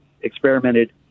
experimented